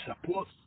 support